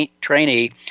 trainee